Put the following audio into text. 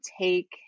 take